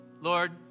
Lord